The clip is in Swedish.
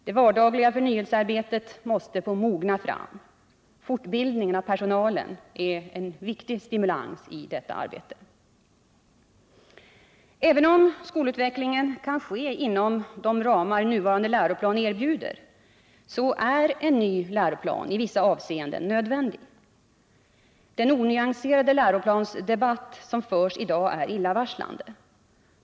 Det vardagliga förnyelsearbetet måste få mogna fram. Fortbildningen av personalen är en viktig stimulans i detta arbete. Även om skolutvecklingen kan ske inom de ramar nuvarande läroplan erbjuder, är en ny läroplan i vissa avseenden nödvändig. Den onyanserade läroplansdebatt som förs i dag är illavarslande.